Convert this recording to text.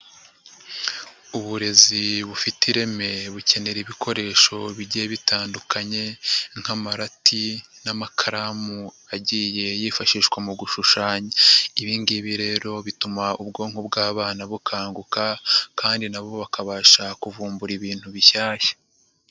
Uburezi bufite ireme bukenera ibikoresho bijyiye bitandukanye nk'amarati n'amakaramu agiye yifashishwa mu gushushanya, ibi ngibi rero bituma ubwonko bw'abana bukanguka kandi nabo bakabasha kuvumbura ibintu bishyashya.